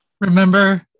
Remember